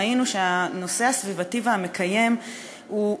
ראינו שהנושא הסביבתי והמקיים הוא,